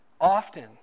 Often